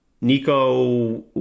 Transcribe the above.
Nico